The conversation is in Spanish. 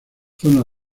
zona